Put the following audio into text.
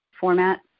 format